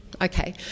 Okay